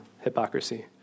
hypocrisy